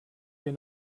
wir